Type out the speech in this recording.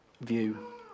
view